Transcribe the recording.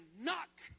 Knock